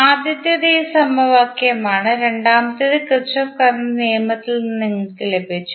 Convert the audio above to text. ആദ്യത്തേത് ഈ സമവാക്യമാണ് രണ്ടാമത്തേത് കിർചോഫ് കറന്റ് നിയമത്തിൽ നിന്ന് നിങ്ങൾക്ക് ലഭിച്ചു